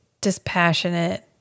dispassionate